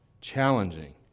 challenging